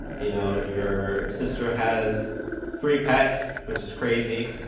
you know, your sister has three pets, which is crazy.